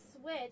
switch